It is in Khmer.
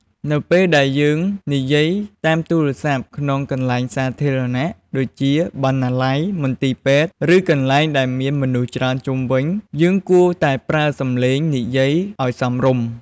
នៅពេលដែលយើងនិយាយតាមទូរស័ព្ទក្នុងកន្លែងសាធារណៈដូចជា បណ្ណាល័យ មន្ទីរពេទ្យ ឬកន្លែងដែលមានមនុស្សច្រើនជុំវិញ យើងគួរតែប្រើសំឡេងនិយាយឲ្យសមរម្យ។